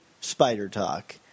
Spider-Talk